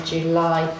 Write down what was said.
July